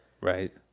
Right